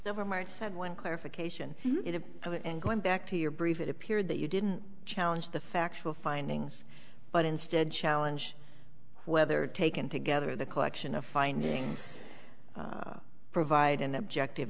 one clarification and going back to your brief it appeared that you didn't challenge the factual findings but instead challenge whether taken together the collection of findings provide an objective